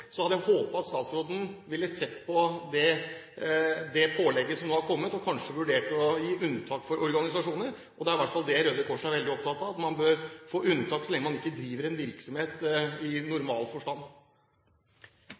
Så jeg hadde håpet at statsråden ville sett på det pålegget som nå er kommet, og kanskje vurdert å gi unntak for organisasjoner. Røde Kors er i hvert fall veldig opptatt av man bør få unntak så lenge man ikke driver en virksomhet i